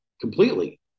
completely